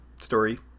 story